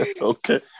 Okay